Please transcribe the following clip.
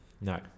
No